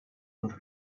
und